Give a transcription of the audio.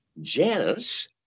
Janice